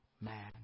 man